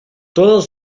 todos